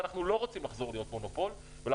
אבל אנחנו לא רוצים לחזור להיות מונופול ולהערכתי